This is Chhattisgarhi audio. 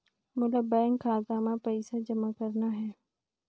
मोला बैंक खाता मां पइसा जमा करना हे?